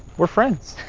we're friends.